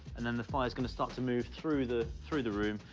and then the fire is gonna start to move through the through the room,